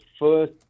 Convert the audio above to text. first